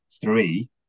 three